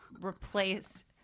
replaced